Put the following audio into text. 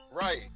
right